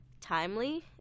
timely